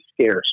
scarce